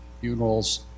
funerals